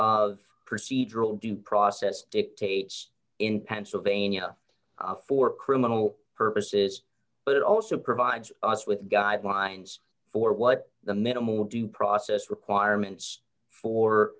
of procedural due process dictates in pennsylvania for criminal purposes but it also provides us with guidelines for what the minimal due process requirements for